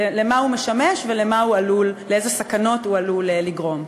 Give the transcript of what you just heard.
למה הוא משמש ולאילו סכנות הוא עלול לגרום.